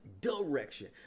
direction